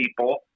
people